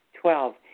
Twelve